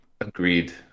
Agreed